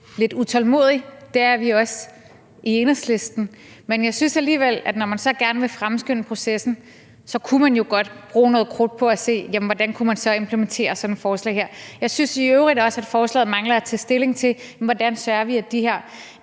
lidt utålmodig, det er vi også i Enhedslisten, men jeg synes alligevel, at når man så gerne vil fremskynde processen, kunne man jo godt bruge noget krudt på at se på, hvordan man så kunne implementere sådan et forslag her. Jeg synes i øvrigt også, at forslaget mangler at tage stilling til, hvordan vi sørger for, at de her